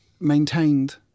maintained